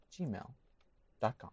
gmail.com